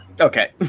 Okay